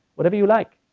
whatever you like,